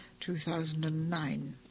2009